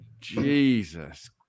Jesus